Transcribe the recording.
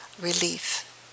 relief